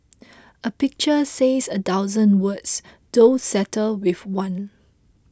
a pictures says a thousand words don't settle with one